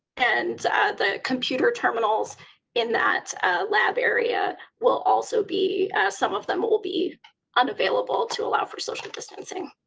and the computer terminals in that lab area will also be some of them will will be unavailable to allow for social distancing.